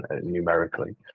numerically